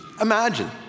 imagine